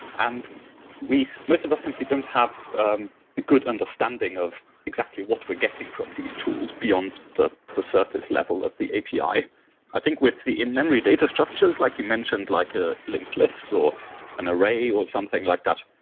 and most of us simply don't have a good understanding of exactly what we're getting from these tools beyond the the surface level of the api. i i think with the in-memory data structures like you mentioned, like a linked list or an array or something like that,